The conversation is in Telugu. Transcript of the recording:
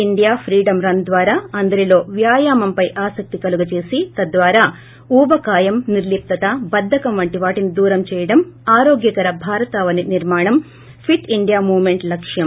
ఇండియా ఫీడం ద్వారా అందరిలో వ్యామంపై ఆసక్తి కలుగజేసి తద్వారా ఊబకాయం నిర్లిష్తత బధ్దకం వంటి వాటిని దూరం చేయడం ఆరోగ్యకర భారతావని నిర్మాణం ఫిట్ ఇండియా మూవ్ మెంట్ లక్ష్యం